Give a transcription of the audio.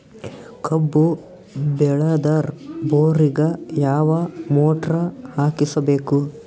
ಕಬ್ಬು ಬೇಳದರ್ ಬೋರಿಗ ಯಾವ ಮೋಟ್ರ ಹಾಕಿಸಬೇಕು?